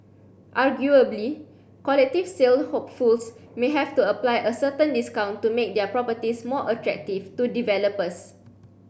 arguably collective sale hopefuls may have to apply a certain discount to make their properties more attractive to developers